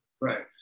Right